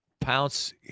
Pounce